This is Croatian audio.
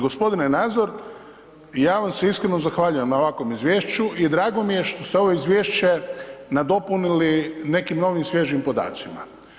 G. Nazor, ja vam se iskreno zahvaljujem na ovakvom izvješću i drago mi je što se ovo izvješće nadopunili nekim novim svježim podacima.